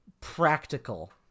practical